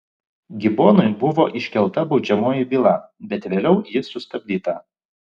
gibonui buvo iškelta baudžiamoji byla bet vėliau ji sustabdyta